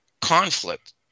conflict